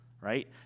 right